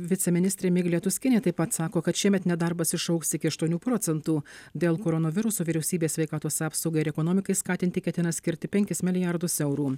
viceministrė miglė tuskienė taip pat sako kad šiemet nedarbas išaugs iki aštuonių procentų dėl koronaviruso vyriausybė sveikatos apsaugai ir ekonomikai skatinti ketina skirti penkis milijardus eurų